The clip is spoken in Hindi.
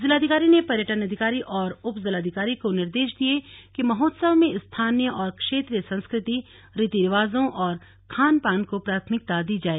जिलाधिकारी ने पर्यटन अधिकारी और उपजिलाधिकारी को निर्देश दिये कि महोत्सव में स्थानीय और क्षेत्रीय संस्कृति रिति रिवाजों और खान पान को प्राथमिकता दी जाए